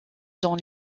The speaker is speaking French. dans